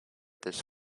this